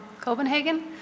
Copenhagen